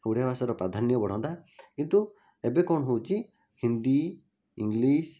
ଓଡ଼ିଆ ଭାଷାର ପ୍ରାଧାନ୍ୟ ବଢ଼ନ୍ତା କିନ୍ତୁ ଏବେ କ'ଣ ହଉଛି ହିନ୍ଦୀ ଇଂଲିଶ୍